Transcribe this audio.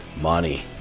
money